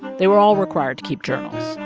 they were all required to keep journals.